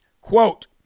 Quote